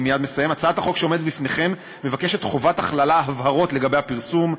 הצעת החוק שעומדת בפניכם מבקשת חובת הכללה והבהרות לגבי הפרסום.